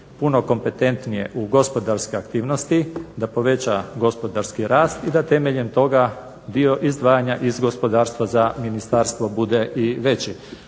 puno kompetentnije u gospodarske aktivnosti da poveća gospodarski rast i da temeljem toga dio izdvajanja iz gospodarstva za ministarstvo bude i veći.